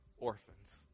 Orphans